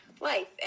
life